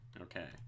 Okay